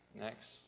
next